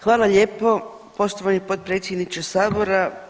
Hvala lijepo poštovani potpredsjedniče sabora.